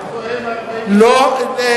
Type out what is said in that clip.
איפה הם, בסדר.